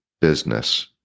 business